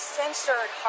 censored